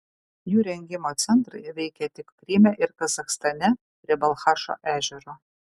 jų rengimo centrai veikė tik kryme ir kazachstane prie balchašo ežero